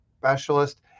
Specialist